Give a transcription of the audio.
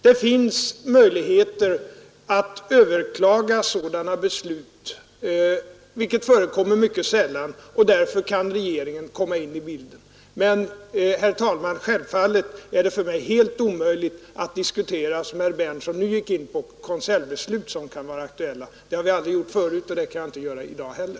Det finns möjligheter att överklaga sådana beslut — vilket förekommer mycket sällan — och där kan regeringen komma in i bilden. Men självfallet är det för mig, herr talman, helt omöjligt att diskutera vad herr Berndtson nu gick in på, dvs. konseljbeslut som kan vara aktuella. Det har vi aldrig gjort förut, och det kan jag inte göra i dag heller.